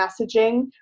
messaging